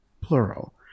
plural